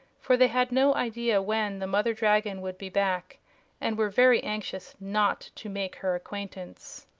for they had no idea when the mother dragon would be back and were very anxious not to make her acquaintance.